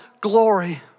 glory